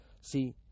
see